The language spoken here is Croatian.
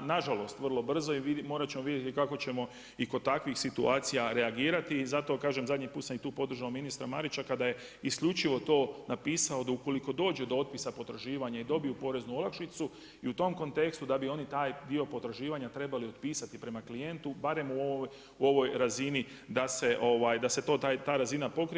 nažalost vrlo brzo i morat ćemo vidjeti kako ćemo i kod takvih situacija reagirati i zato kažem zadnji put sam tu podržao ministra Marića kada je isključivo to napisao da ukoliko dođe do otpisa potraživanja i dobiju poreznu olakšicu i u tom kontekstu da bi oni taj dio potraživanja trebali otpisati prema klijentu barem u ovoj razini da se ta razina pokrije.